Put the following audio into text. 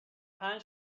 پنج